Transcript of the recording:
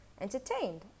entertained